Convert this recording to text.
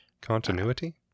Continuity